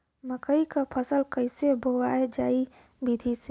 मकई क फसल कईसे बोवल जाई विधि से?